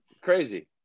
Crazy